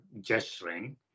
gesturing